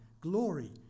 glory